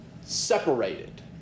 separated